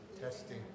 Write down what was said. Testing